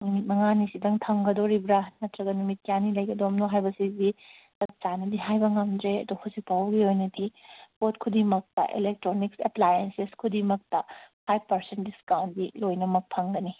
ꯅꯨꯃꯤꯠ ꯃꯉꯥꯅꯤꯁꯤꯗꯪ ꯊꯝꯒꯗꯣꯔꯤꯕ꯭ꯔꯥ ꯅꯠꯇ꯭ꯔꯒ ꯅꯨꯃꯤꯠ ꯀꯌꯥꯅꯤ ꯂꯩꯒꯗꯣꯏꯅꯣ ꯍꯥꯏꯕꯁꯤꯗꯤ ꯆꯞ ꯆꯥꯅꯗꯤ ꯍꯥꯏꯕ ꯉꯝꯗ꯭ꯔꯦ ꯑꯗꯣ ꯍꯧꯖꯤꯛ ꯐꯥꯎꯕꯒꯤ ꯑꯣꯏꯅꯗꯤ ꯄꯣꯠ ꯈꯨꯗꯤꯡꯃꯛꯇ ꯑꯦꯂꯦꯛꯇ꯭ꯔꯣꯅꯤꯛꯁ ꯑꯦꯄ꯭ꯂꯥꯌꯦꯟꯁꯦꯁ ꯈꯨꯗꯤꯡꯃꯛꯇ ꯐꯥꯏꯕ ꯄꯥꯔꯁꯦꯟ ꯗꯤꯁꯀꯥꯎꯟꯗꯤ ꯂꯣꯏꯅꯃꯛ ꯐꯪꯒꯅꯤ